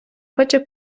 хоче